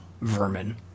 vermin